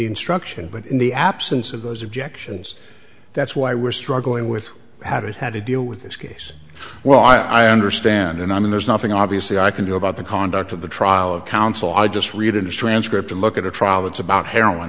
instruction but in the absence of those objections that's why we're struggling with how it had to deal with this case well i understand and i mean there's nothing obviously i can do about the conduct of the trial of counsel i just read a transcript or look at a trial that's about heroin